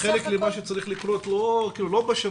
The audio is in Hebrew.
חלק ממה שצריך לקרות הוא לא בשמים,